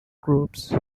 groups